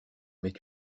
mais